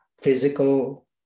physical